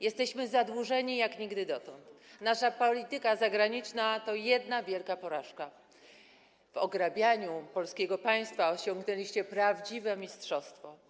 Jesteśmy zadłużeni jak nigdy dotąd, nasza polityka zagraniczna to jedna wielka porażka, w ograbianiu polskiego państwa osiągnęliście prawdziwe mistrzostwo.